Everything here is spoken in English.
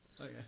Okay